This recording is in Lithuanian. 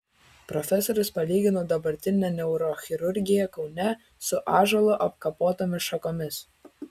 profesorius palygino dabartinę neurochirurgiją kaune su ąžuolu apkapotomis šakomis